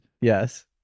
yes